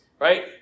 right